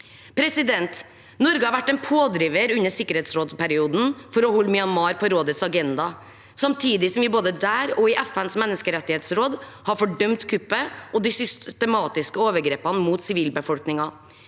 legitimitet. Norge har vært en pådriver under sikkerhetsrådsperioden for å holde Myanmar på rådets agenda samtidig som vi både der og i FNs menneskerettighetsråd har fordømt kuppet og de systematiske overgrepene mot sivilbefolkningen.